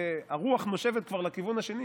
שהרוח נושבת כבר לכיוון השני,